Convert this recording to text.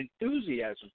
enthusiasm